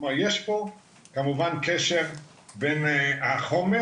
כלומר יש פה כמובן קשר בין החומר,